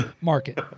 market